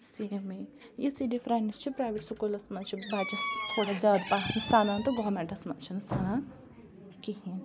سیمٕے یِژٕے ڈِفرَنٕس چھِ پرٛاویٹ سکوٗلَس منٛز چھِ بَچَس تھوڑا زیادٕ پَہَم سَنان تہٕ گورمیٚنٛٹَس منٛز چھِنہٕ سَنان کِہیٖنۍ